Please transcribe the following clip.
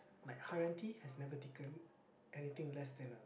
like Haryanti has never taken anything less than a